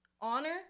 Honor